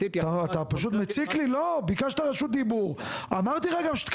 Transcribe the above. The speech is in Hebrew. איך אתם מתכוונים להתמודד עם כזה מצב כאוטי שבו בן אדם אומר שאין